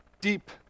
deep